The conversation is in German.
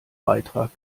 beitrag